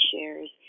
shares